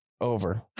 Over